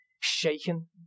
shaken